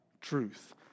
truth